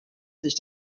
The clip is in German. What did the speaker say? sich